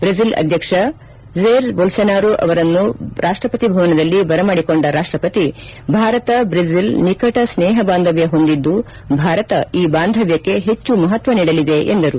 ಬ್ರೆಜಿಲ ಅಧ್ಯಕ್ಷ Jair Bolsonaro ಅವರನ್ನು ರಾಷ್ಟ್ರಪತಿ ಭವನದಲ್ಲಿ ಬರಮಾದಿಕೊಂದ ರಾಷ್ಟಪತಿ ಭಾರತ ಬ್ರೆಜಿಲ್ ನಿಕಟ ಸ್ನೇಹ ಬಾಂಧವ್ಯ ಹೊಂದಿದ್ದು ಭಾರತ ಈ ಬಾಂಧವ್ಯಕ್ಕೆ ಹೆಚ್ಚು ಮಹತ್ವ ನೀಡಲಿದೆ ಎಂದರು